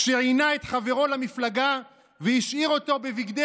כשעינה את חברו למפלגה והשאיר אותו בבגדי